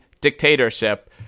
dictatorship